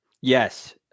Yes